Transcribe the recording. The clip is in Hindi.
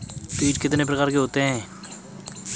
कीट कितने प्रकार के होते हैं?